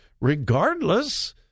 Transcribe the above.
regardless